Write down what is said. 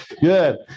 Good